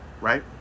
right